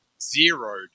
zeroed